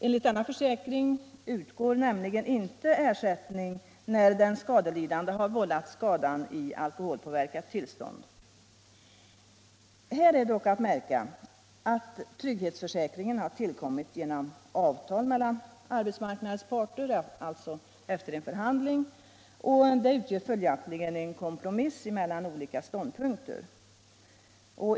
Enligt denna försäkring utgår nämligen inte ersättning när den skadelidande har vållat skadan i alkoholpåverkat tillstånd. Här är dock att märka att trygghetsförsäkringen har tillkommit genom avtal mellan arbetsmarknadens parter — alltså en förhandling — och följaktligen utgör den en kompromiss mellan olika ståndpunkter.